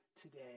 today